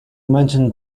mentioned